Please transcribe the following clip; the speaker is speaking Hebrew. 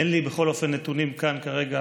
אין לי, בכל אופן, נתונים כאן כרגע